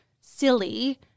silly